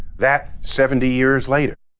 that, seventy years later?